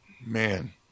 man